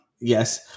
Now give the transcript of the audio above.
Yes